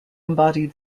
embody